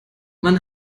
man